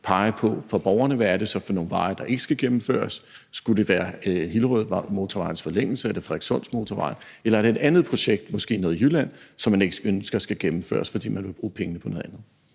pege på, hvad det så er for nogle vejprojekter, der ikke skal gennemføres. Er det Hillerødmotorvejens forlængelse, er det Frederikssundsmotorvejen, eller er det et andet projekt, måske et projekt i Jylland, som man ikke ønsker skal gennemføres, fordi man vil bruge pengene på noget andet?